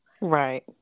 Right